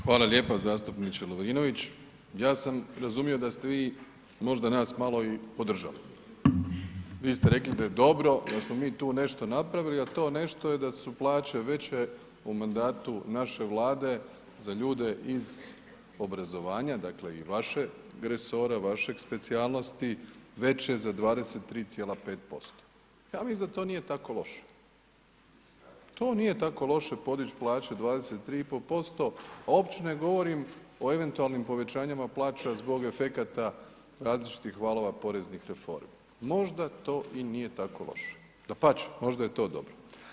Hvala lijepa zastupniče Lovrinović, ja sam razumio da ste vi možda nas malo i podržali, vi ste rekli da je dobro da smo mi tu nešto napravili, a to nešto je da su plaće veće u mandatu naše Vlade za ljude iz obrazovanja, dakle i vašeg resora, vaše specijalnosti, veće za 23,5%, ja mislim da to nije tako loše, to nije tako loše podić plaće 23,5%, a opće ne govorim o eventualnim povećanjima plaća zbog efekata različitih valova poreznih reformi, možda to i nije tako loše, dapače, možda je to dobro.